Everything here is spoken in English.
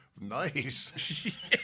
Nice